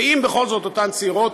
ואם בכל זאת אותן צעירות,